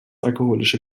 alkoholische